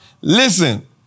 Listen